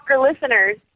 listeners